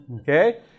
Okay